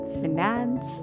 finance